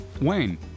Wayne